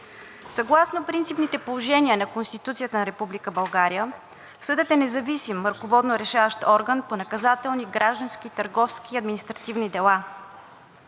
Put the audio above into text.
Съгласно принципните положения на Конституцията на Република България съдът е независим ръководно решаващ орган по наказателни, граждани, търговски, административни дела.